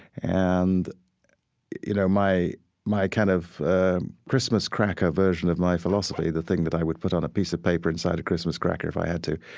and you know, my my kind of christmas cracker version of my philosophy, the thing that i would put on a piece of paper inside a christmas cracker if i had to,